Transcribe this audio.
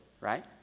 right